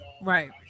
Right